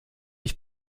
ich